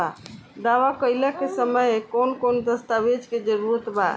दावा कईला के समय कौन कौन दस्तावेज़ के जरूरत बा?